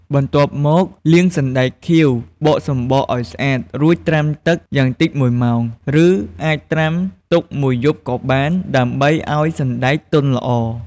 បន្ទាប់មកលាងសណ្ដែកខៀវបកសំបកឲ្យស្អាត រួចត្រាំទឹកយ៉ាងតិច ១ ម៉ោង ឬអាចត្រាំទុកមួយយប់ក៏បាន ដើម្បីឲ្យសណ្ដែកទន់ល្អ។